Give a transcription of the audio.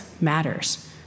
matters